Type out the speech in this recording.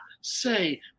say